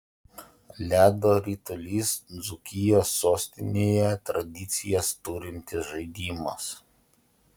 ledo ritulys dzūkijos sostinėje tradicijas turintis žaidimas